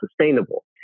sustainable